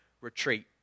retreat